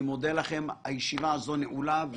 אני מודה לכם, הישיבה הזו נעולה.